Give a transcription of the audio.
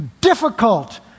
Difficult